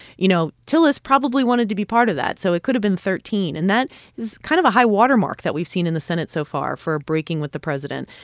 you know, tillis probably wanted to be part of that, so it could have been thirteen. and that is kind of a high watermark that we've seen in the senate so far for breaking with the president.